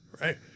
right